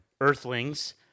earthlings